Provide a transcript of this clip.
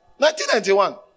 1991